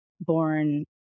born